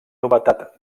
novetat